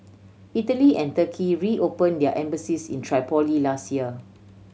Italy and Turkey reopen their embassies in Tripoli last year